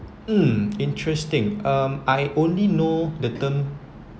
mm interesting um I only know the term